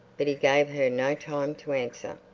but he gave her no time to answer.